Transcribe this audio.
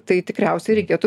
tai tikriausiai reikėtų